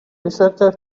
researcher